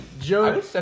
Joe